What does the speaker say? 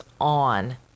on